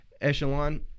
echelon